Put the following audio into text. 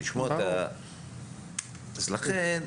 לכן,